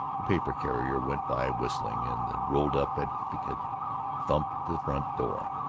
the paper-carrier went by whistling, and the rolled-up advocate thumped the front door.